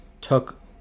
took